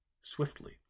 Swiftly